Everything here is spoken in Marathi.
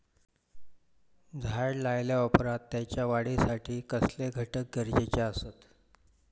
झाड लायल्या ओप्रात त्याच्या वाढीसाठी कसले घटक गरजेचे असत?